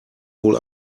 wohl